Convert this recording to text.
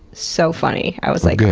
so funny. i was like,